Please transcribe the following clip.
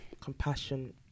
compassion